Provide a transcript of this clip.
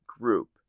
group